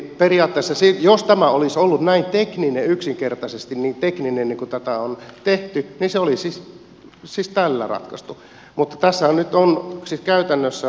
periaatteessa jos tämä olisi ollut näin tekninen yksinkertaisesti niin kuin tätä on tehty niin se olisi siis tällä ratkaistu